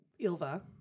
Ilva